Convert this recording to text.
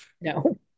no